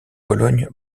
cologne